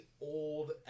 old